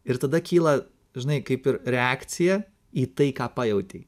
ir tada kyla žinai kaip ir reakcija į tai ką pajautei